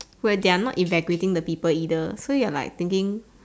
where they are not evacuating the people either so you are there thinking